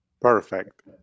perfect